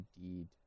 Indeed